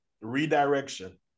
redirection